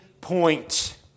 point